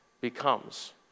becomes